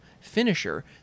finisher